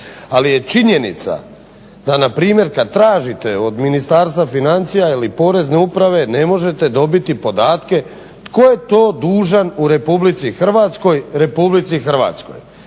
Ali je činjenica da na primjer kad tražite od Ministarstva financija ili Porezne uprave ne možete dobiti podatke tko je to dužan u Republici Hrvatskoj Republici Hrvatskoj.